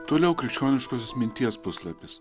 toliau krikščioniškosios minties puslapis